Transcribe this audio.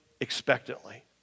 expectantly